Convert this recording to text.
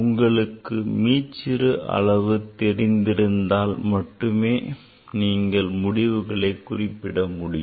உங்களுக்கு மீச்சிறு அளவு தெரிந்திருந்தால் மட்டுமே நீங்கள் முடிவுகளை குறிப்பிட முடியும்